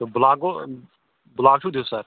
تہٕ بٕلاک گوٚو بٕلاک چھُو دِوسَر